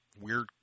weird